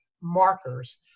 markers